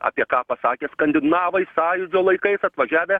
apie ką pasakė skandinavai sąjūdžio laikais atvažiavę